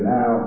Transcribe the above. Now